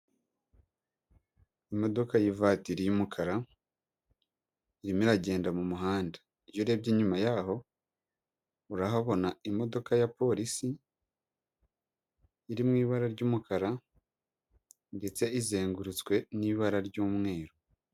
Imodoka y'ivatiri y'umukara irimo iragenda mu muhanda, iyo urebye inyuma yaho urahabona imodoka ya polisi iri mu ibara ry'umukara ndetse izengurutswe n'ibara ry'umweru.